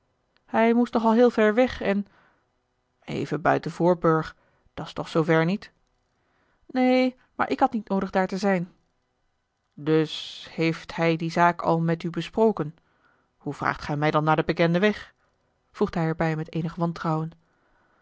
hij moest nogal heel ver weg en even buiten voorburg dat's toch zoo ver niet neen maar ik had niet noodig daar te zijn dus heeft hij die zaak al met u besproken hoe vraagt gij mij dan naar den bekenden weg voegde hij er bij met eenig wantrouwen